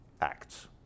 acts